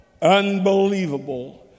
Unbelievable